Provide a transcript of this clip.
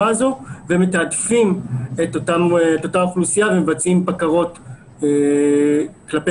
מתעדפים את אותה אוכלוסייה ומבצעים בקרות כלפי